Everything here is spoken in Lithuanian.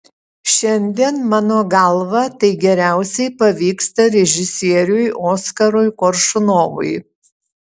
šiandien mano galva tai geriausiai pavyksta režisieriui oskarui koršunovui